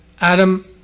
Adam